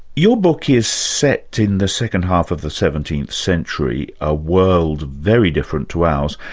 your book is set in the second half of the seventeenth century, a world very different to ours,